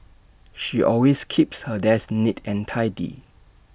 she always keeps her desk neat and tidy